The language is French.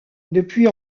depuis